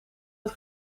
het